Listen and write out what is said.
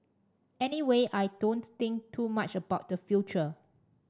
anyway I don't think too much about the future